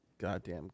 goddamn